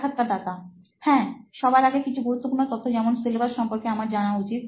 সাক্ষাৎকারদাতা হ্যাঁ সবার আগে কিছু গুরুত্বপূর্ণ তথ্য যেমন সিলেবাস সম্পর্কে আমার জানা উচিত